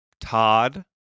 Todd